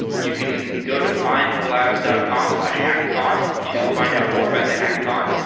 you can go to findcollabs dot com slash hackathon to find out more about the hackathon,